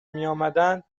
میآمدند